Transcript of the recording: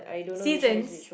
seasons